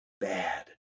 bad